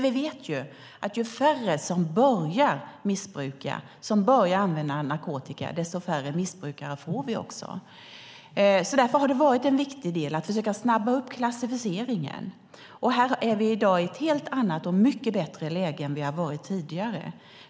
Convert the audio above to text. Vi vet att ju färre som börjar använda narkotika, desto färre missbrukare får vi. Därför har det varit viktigt att försöka påskynda klassificeringen. Här är vi i dag i ett helt annat och mycket bättre läge än vi har varit tidigare.